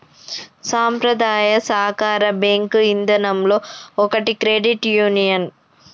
సంప్రదాయ సాకార బేంకు ఇదానంలో ఒకటి క్రెడిట్ యూనియన్